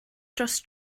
dros